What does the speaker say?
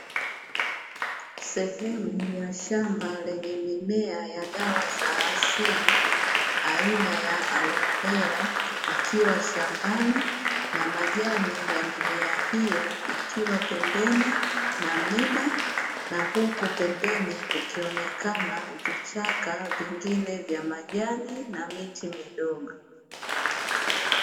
Sehemu ya shamba lenye mimea ya dawa za asili aina ya "aloe vera" ikiwa shambani, na majani ya mimea hiyo ikiwa pembeni na miba. Na huku pembeni kukionekana vichaka vingine na majani na miti midogo.